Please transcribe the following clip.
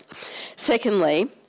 Secondly